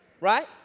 right